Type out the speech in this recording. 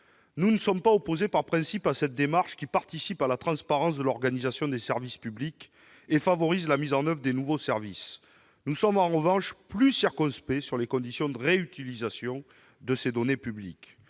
Nous ne sommes pas opposés par principe à cette démarche, qui participe de la transparence de l'organisation des services publics et favorise la mise en oeuvre des nouveaux services. Nous sommes en revanche plus circonspects sur les conditions de réutilisation de ces données publiques.